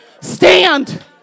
Stand